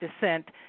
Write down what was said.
descent